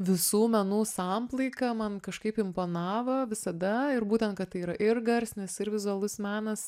visų menų samplaika man kažkaip imponavo visada ir būtent kad tai yra ir garsinis ir vizualus menas